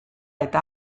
eta